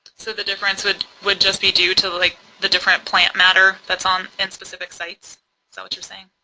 so the difference would, would just be do to like the different plant matter that's on, in specific sites? is that what your saying?